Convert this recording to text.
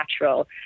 natural